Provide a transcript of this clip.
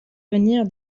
venir